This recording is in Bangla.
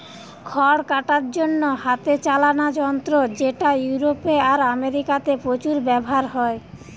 খড় কাটার জন্যে হাতে চালানা যন্ত্র যেটা ইউরোপে আর আমেরিকাতে প্রচুর ব্যাভার হয়